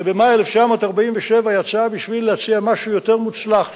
שבמאי 1947 יצאה בשביל להציע משהו יותר מוצלח,